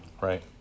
Right